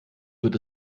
wird